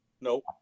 Nope